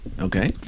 Okay